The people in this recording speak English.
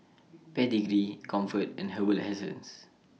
Pedigree Comfort and Herbal Essences